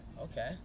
Okay